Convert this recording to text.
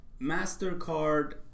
Mastercard